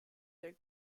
their